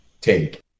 take